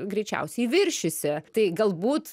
greičiausiai viršysi tai galbūt